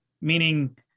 meaning